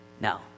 No